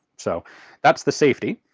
so that's the safety.